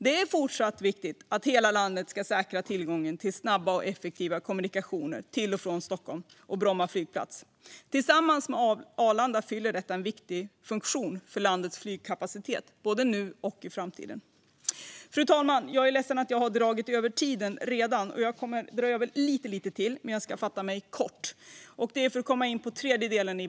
Det är viktigt att hela landet kan säkra tillgången till snabba och effektiva kommunikationer till och från Stockholm, och Bromma flygplats fyller tillsammans med Arlanda en viktig funktion för landets flygkapacitet både nu och i framtiden. Fru talman! Så till den tredje delen av betänkandet och en av Moderaternas reservationer.